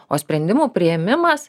o sprendimų priėmimas